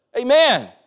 Amen